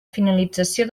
finalització